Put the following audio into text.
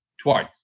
twice